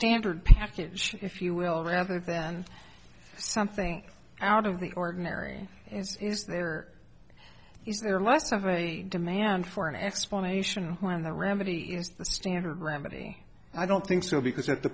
standard package if you will rather than something out of the ordinary is there is there less of a demand for an explanation and when the remedy is the standard remedy i don't think so because at the